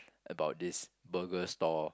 about this burger store